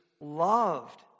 loved